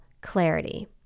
clarity